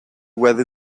whether